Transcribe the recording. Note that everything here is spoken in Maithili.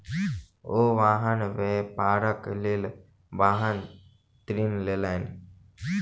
ओ वाहन व्यापारक लेल वाहन ऋण लेलैन